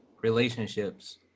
relationships